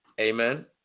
Amen